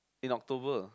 in October